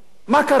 איפה היו?